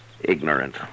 ignorant